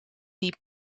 die